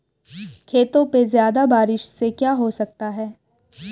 खेतों पे ज्यादा बारिश से क्या हो सकता है?